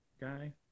guy